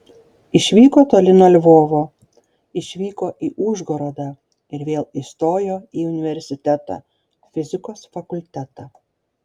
išvyko toli nuo lvovo išvyko į užgorodą ir vėl įstojo į universitetą fizikos fakultetą